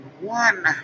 one